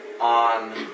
on